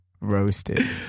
Roasted